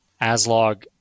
Aslog